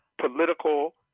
political